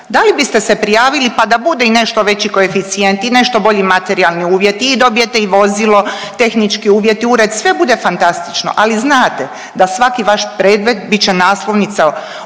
da li biste se prijavila, pa da bude i nešto veći koeficijent i nešto bolji materijalni uvjeti i dobijete i vozilo, tehnički uvjeti, ured, sve bude fantastično, ali znate da svaki vaš predmet bit će naslovnica u